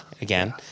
again